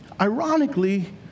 Ironically